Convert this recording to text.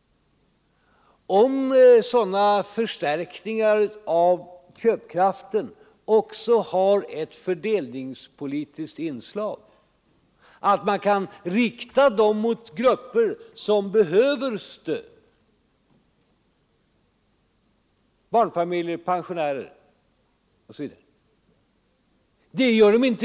— om sådana förstärkningar av köpkraften också har ett fördelningspolitiskt inslag, så att man kan rikta dem mot grupper som behöver stöd: barnfamiljer, pensionärer osv.